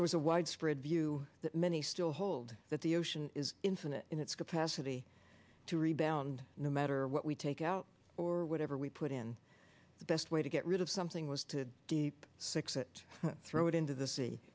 there was a widespread view that many still hold that the ocean is infinite in its capacity to rebound no matter what we take out or whatever we put in the best way to get rid of something was to deep six that throw it into the